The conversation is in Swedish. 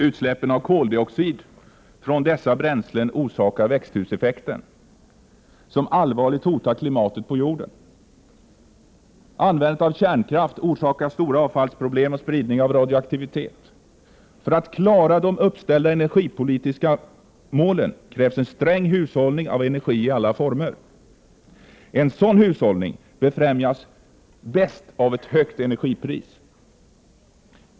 Utsläppen av koldioxid från dessa bränslen orsakar växthuseffekten, som allvarligt hotar klimatet på jorden. Användandet av kärnkraft orsakar stora avfallsproblem och spridning av radioaktivitet. För att klara de uppställda energipolitiska målen krävs en sträng hushållning med energi i alla former. En sådan hushållning befrämjas bäst av ett högt energipris.